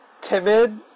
timid